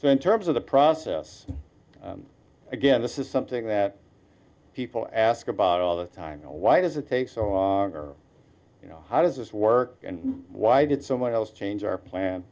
so in terms of the process again this is something that people ask about all the time why does it take so you know how does this work and why did someone else change our plan